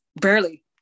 barely